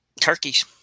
turkeys